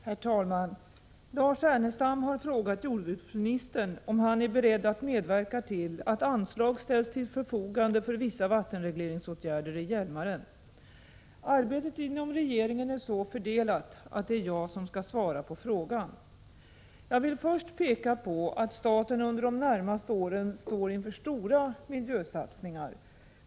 Herr talman! Lars Ernestam har frågat jordbruksministern om han är beredd att medverka till att anslag ställs till förfogande för vissa vattenregleringsåtgärder i Hjälmaren. Arbetet inom regeringen är så fördelat att det är jag som skall svara på frågan. Jag vill först peka på att staten under de närmaste åren står inför stora miljösatsningar.